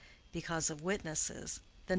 because of witnesses,